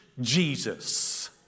Jesus